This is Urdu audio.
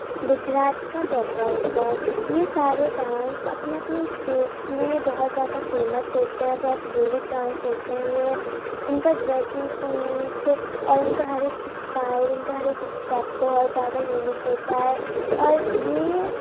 گجرات کا گربا ہوتا ہے یہ سارے ڈانس اپنے اپنے اسٹیٹس میں بہت زیادہ فیمس ہوتا ہے بہت یونک ڈانس ہوتے ہیں یہ ان کا ڈریسنگ سینس اور ان کا ہر ایک اسٹائل ان کا ہر ایک اسٹیپ بہت زیادہ یونک ہوتا ہے اور یہ